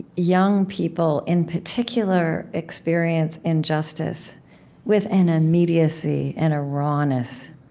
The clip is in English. young people, in particular, experience injustice with an immediacy and a rawness,